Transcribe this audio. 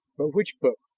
but which book,